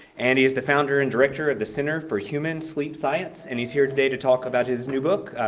and he's the founder and director of the center for human sleep science, and he's here today to talk about his new book,